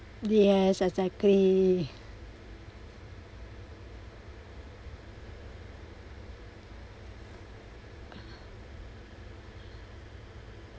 yes exactly